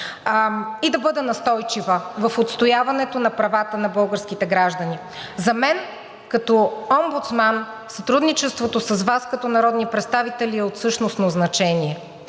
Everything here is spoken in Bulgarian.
и да бъда настойчива в отстояването на правата на българските граждани. За мен като омбудсман сътрудничеството с вас като народни представители е от същностно значение,